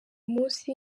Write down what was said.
munsi